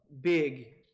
big